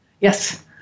Yes